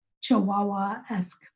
Chihuahua-esque